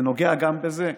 וזה נוגע גם בזה.